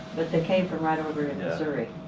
but they came from right over in missouri.